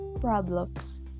problems